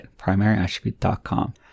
primaryattribute.com